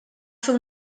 fer